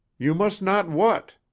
you must not what?